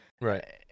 right